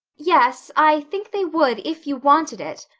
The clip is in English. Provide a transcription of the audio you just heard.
yes, i think they would if you wanted it,